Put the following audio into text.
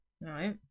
Right